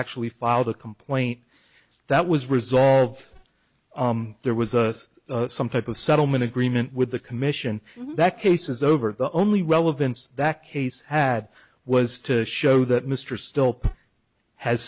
actually filed a complaint that was resolved there was some type of settlement agreement with the commission that cases over the only relevance that case had was to show that mr still has